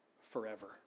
forever